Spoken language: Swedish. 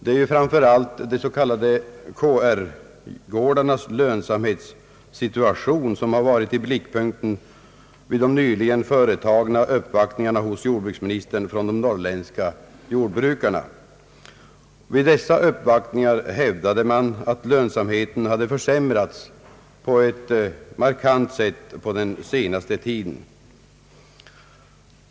Det är framför allt de s.k. KR-gårdarnas lönsamhetssituation som varit i blickpunkten vid de nyligen företagna uppvaktningarna hos jordbruksministern av de norrländska jordbrukarna. Vid dessa uppvaktningar hävdades att lönsamheten har försämrats på ett markant sätt under den senaste tiden.